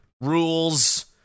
rules